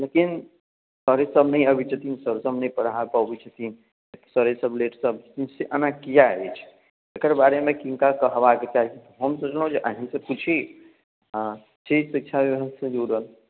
लेकिन सरेसभ नहि अबैत छथिन सरसभ नहि पढ़ा पबैत छथिन किछु सरेसभ लेटसँ एना किया अछि एकर बारेमे किनका कहबाक चाही हम सोचलहुँ जे अहीँसँ पूछी अहाँ छी शिक्षा विभागसँ जुड़ल